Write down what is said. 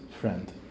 friend